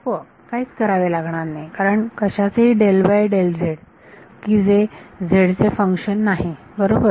0 आपोआप काहीच करावे लागणार नाही कारण कशाचेही की जे झेड चे फंक्शन नाही बरोबर